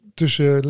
tussen